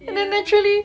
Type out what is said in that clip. ya